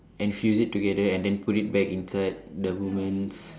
and fused it together and then put it back inside the woman's